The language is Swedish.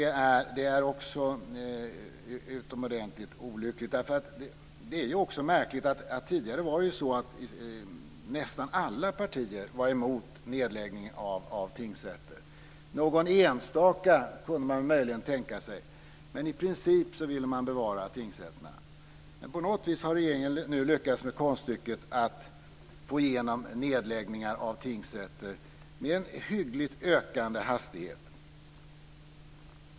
Det är också utomordentligt olyckligt. Tidigare var nästan alla partier mot nedläggning av tingsrätter. Någon enstaka kunde man möjligen tänka sig, men i princip ville man bevara tingsrätterna. Men på något sätt har regeringen nu lyckats med konststycket att få igenom nedläggningar av tingsrätter med en hyggligt ökande hastighet.